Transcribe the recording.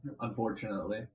unfortunately